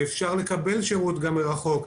שאפשר לקבל שירות גם מרחוק,